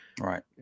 Right